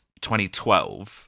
2012